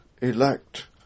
elect